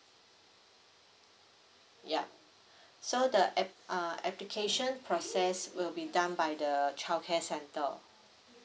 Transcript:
ya so the app~ uh application process will be done by the childcare center